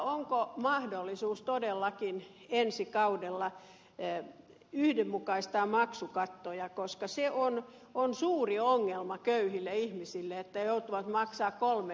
onko mahdollisuus todellakin ensi kaudella yhdenmukaistaa maksukattoja koska se on suuri ongelma köyhille ihmisille että joutuvat maksamaan kolme erilaista maksukattoa